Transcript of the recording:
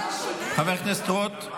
חבר כנסת רוט,